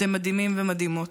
אתם מדהימים ומדהימות,